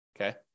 Okay